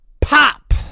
pop